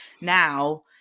now